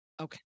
okay